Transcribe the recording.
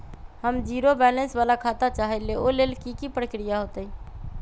हम zero balance वाला खाता चाहइले वो लेल की की प्रक्रिया होतई?